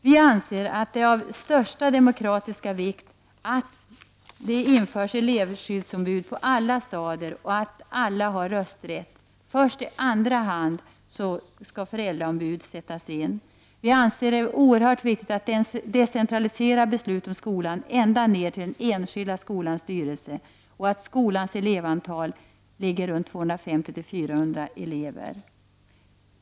Vi anser att det är av största demokratiska vikt att vi får elevskyddsombud på alla stadier och att alla har rösträtt. Först i andra hand skall föräldraombud för eleverna sättas in. Vi anser det vidare oerhört viktigt att decenteralisera besluten om skolan ända ner till den enskilda skolans styrelse och att elevantalet i skolan ligger mellan 250 och 400.